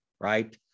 right